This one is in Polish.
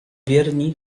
wierni